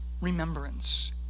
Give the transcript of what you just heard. remembrance